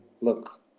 Look